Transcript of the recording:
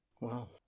Wow